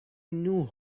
نوح